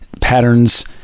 patterns